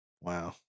Wow